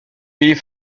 pays